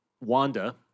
Wanda